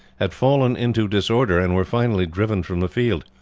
had fallen into disorder and were finally driven from the field.